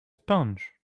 sponge